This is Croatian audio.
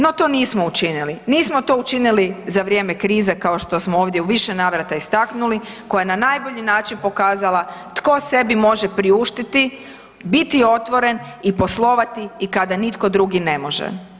No to nismo učinili, nismo to učinili za vrijeme krize kao što smo ovdje u više navrata istaknuli koja je na najbolji način pokazala tko sebi može priuštiti biti otvoren i poslovati i kada nitko drugi ne može.